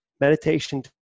meditation